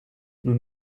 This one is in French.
nous